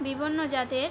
বিভিন্ন জাতের